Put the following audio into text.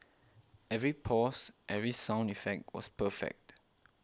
every pause every sound effect was perfect